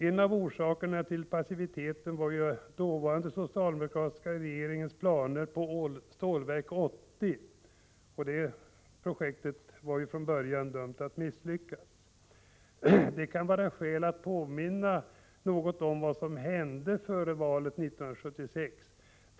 En av orsakerna till passiviteten från den dåvarande socialdemokratiska regeringen var planerna på Stålverk 80, som från början var dömt att misslyckas. Det kan finnas skäl att påminna om vad som hände före valet 1976.